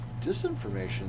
disinformation